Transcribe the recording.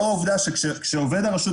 לאור העובדה שעובד הרשות,